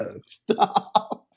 Stop